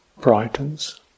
brightens